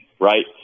right